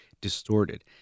distorted